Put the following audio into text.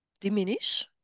diminish